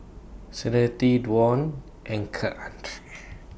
Serenity Dwan and Keandre